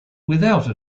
without